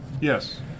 yes